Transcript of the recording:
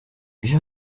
iyo